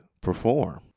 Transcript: perform